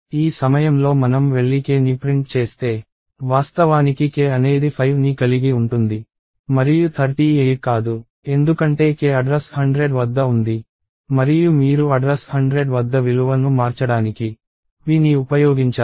ఈ సమయంలో మనం వెళ్లి kని ప్రింట్ చేస్తే వాస్తవానికి k అనేది 5ని కలిగి ఉంటుంది మరియు 38 కాదు ఎందుకంటే k అడ్రస్ 100 వద్ద ఉంది మరియు మీరు అడ్రస్ 100 వద్ద విలువ ను మార్చడానికి pని ఉపయోగించారు